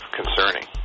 concerning